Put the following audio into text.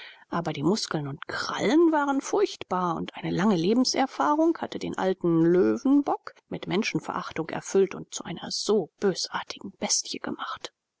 aber die muskeln und krallen waren furchtbar und eine lange lebenserfahrung hatte den alten löwenbock mit menschenverachtung erfüllt und zu einer so bösartigen bestie gemacht